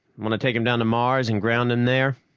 want to take him down to mars and ground him there?